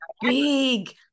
big